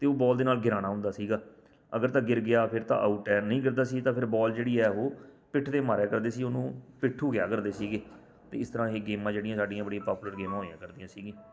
ਅਤੇ ਬੋਲ ਦੇ ਨਾਲ ਗਿਰਾਉਣਾ ਹੁੰਦਾ ਸੀਗਾ ਅਗਰ ਤਾਂ ਗਿਰ ਗਿਆ ਫਿਰ ਤਾਂ ਆਉਟ ਹੈ ਨਹੀਂ ਗਿਰਦਾ ਸੀ ਤਾਂ ਫਿਰ ਬੋਲ ਜਿਹੜੀ ਹੈ ਉਹ ਪਿੱਠ 'ਤੇ ਮਾਰਿਆ ਕਰਦੀ ਸੀ ਉਹਨੂੰ ਪਿੱਠੂ ਕਿਹਾ ਕਰਦੇ ਸੀਗੇ ਵੀ ਇਸ ਤਰ੍ਹਾਂ ਇਹ ਗੇਮਾਂ ਜਿਹੜੀਆਂ ਸਾਡੀਆਂ ਇਹ ਬੜੀਆਂ ਪਾਪੂਲਰ ਗੇਮਾਂ ਹੋਇਆ ਕਰਦੀਆਂ ਸੀਗੀਆਂ